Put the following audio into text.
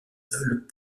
sols